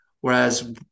Whereas